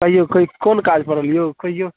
कहिऔ किछु कोन काज पड़ल यौ कहिऔ